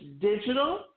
digital